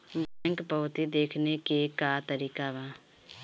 Bank पवती देखने के का तरीका बा?